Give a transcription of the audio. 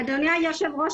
אדוני היושב ראש,